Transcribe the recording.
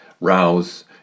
rouse